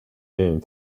name